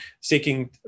seeking